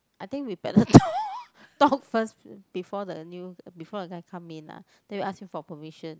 I think we better talk talk first before the new before the guy come in lah then we ask him for permission